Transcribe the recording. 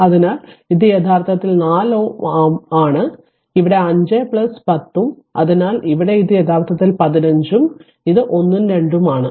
അതിനാൽ ഇത് യഥാർത്ഥത്തിൽ 4 Ω ആണ് ഇവിടെ 5 10 ഉം അതിനാൽ ഇവിടെ ഇത് യഥാർത്ഥത്തിൽ 15 Ω ഉം ഇത് 1 ഉം 2 ഉം ആണ്